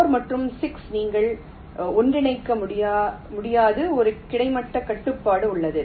4 மற்றும் 6 நீங்கள் ஒன்றிணைக்க முடியாது ஒரு கிடைமட்ட கட்டுப்பாடு உள்ளது